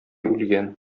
үлгән